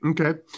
Okay